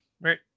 Right